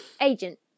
agent